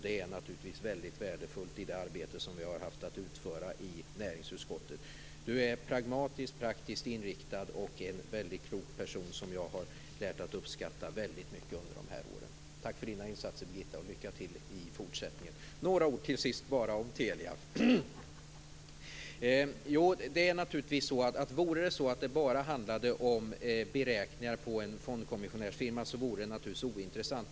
Det är naturligtvis väldigt värdefullt med tanke på det arbete som vi har haft att utföra i näringsutskottet. Du är pragmatiskt, praktiskt inriktad, och du är en väldigt klok person som jag har lärt mig att uppskatta väldigt mycket under de här åren. Tack för dina insatser, Birgitta, och lycka till i fortsättningen! Till sist vill jag säga några ord om Telia. Det är naturligtvis sant att om det bara handlade om beräkningar på en fondkommissionärsfirma så vore det ointressant.